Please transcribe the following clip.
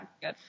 Good